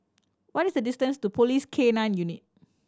what is the distance to Police K Nine Unit